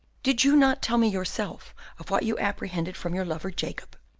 did you not tell me yourself of what you apprehended from your lover jacob?